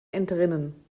entrinnen